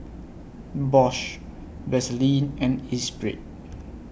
Bosch Vaseline and Espirit